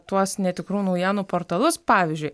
tuos netikrų naujienų portalus pavyzdžiui